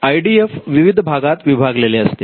I D F विविध भागात विभागलेले असते